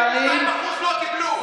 62% לא קיבלו.